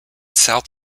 south